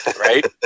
Right